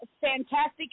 fantastic